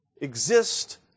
exist